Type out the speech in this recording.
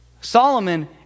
Solomon